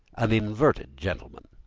an inverted gentleman.